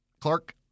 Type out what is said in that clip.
Clark